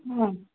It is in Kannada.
ಹ್ಞೂ